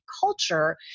culture